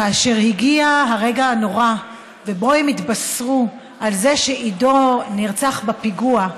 כאשר הגיע הרגע הנורא שבו הם התבשרו שעידו נרצח בפיגוע,